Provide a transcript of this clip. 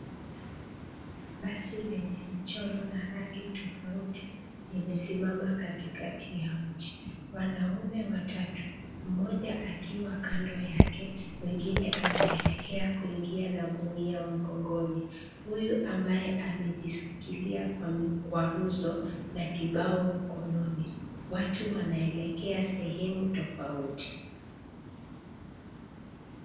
Basi lenye mchoro na rangi tofauti limesimama katikati ya mji. Wanaume watatu, mmoja akiwa kando yake, mwingine anaelekea kuingia na gunia mgongoni, huyu ambaye amejishikilia kwa mikwaruzo na kibao mkononi. Watu wanaelekea sehemu tofauti.